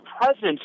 presence